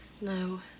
No